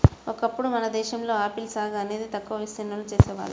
ఒకప్పుడు మన దేశంలో ఆపిల్ సాగు అనేది తక్కువ విస్తీర్ణంలో చేసేవాళ్ళు